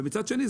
ומצד שני,